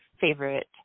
favorite